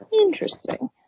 Interesting